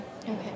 Okay